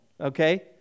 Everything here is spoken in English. okay